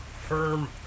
Firm